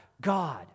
God